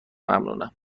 ممنونم